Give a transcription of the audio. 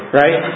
right